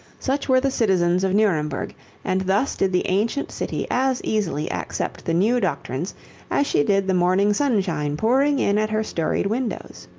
such were the citizens of nuremberg and thus did the ancient city as easily accept the new doctrines as she did the morning sunshine pouring in at her storied windows.